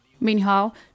Meanwhile